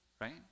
Right